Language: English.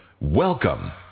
Welcome